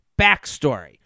Backstory